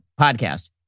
podcast